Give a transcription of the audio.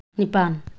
ꯅꯤꯄꯥꯟ